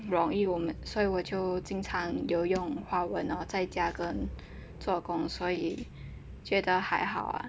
容易我们所以我就经常有用华文在家和做工的时候所以觉得还好啊